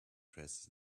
press